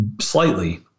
slightly